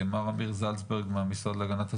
מר אמיר זלצברג מהמשרד להגנת הסביבה.